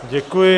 Děkuji.